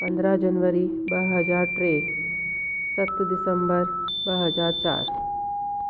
पंद्रहं जनवरी ॿ हज़ार ट्रे सत दिसंबर ॿ हज़ार चारि